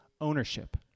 ownership